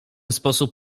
sposób